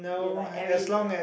ya like every